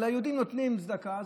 היהודים נותנים צדקה,